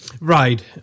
Right